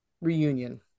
reunion